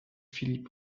philipp